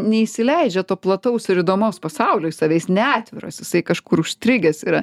neįsileidžia to plataus ir įdomaus pasaulio į save jis neatviras jisai kažkur užstrigęs yra